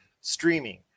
streaming